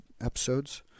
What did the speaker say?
episodes